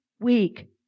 week